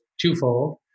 twofold